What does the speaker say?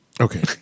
Okay